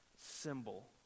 symbol